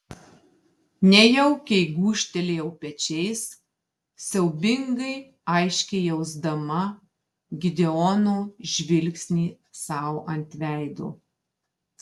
nejaukiai gūžtelėjau pečiais siaubingai aiškiai jausdama gideono žvilgsnį sau ant veido